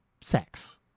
sex